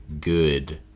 good